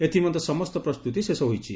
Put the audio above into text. ଏଥିନିମନ୍ତେ ସମସ୍ତ ପ୍ରସ୍ତୁତି ଶେଷ ହୋଇଛି